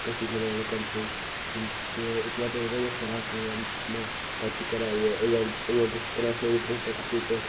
کشیٖرۍ ہنٛدیٚن لوٗکن تھرٛو تِم چھِ اِکووٹٔے رَلِتھ کران کٲم پتہٕ چھِ کران یہِ اویٚنٛٹ اویٚنٛٹٕس چھِ کران سیلِبرٛیٹ پتہٕ اصٕل پٲٹھۍ